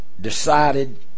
decided